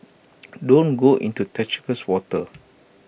don't go into treacherous waters